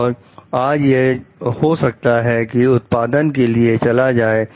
और आज यह हो सकता है कि उत्पादन के लिए चला जाए